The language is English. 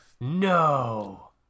no